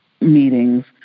meetings